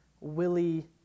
Willie